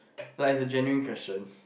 like it's a genuine question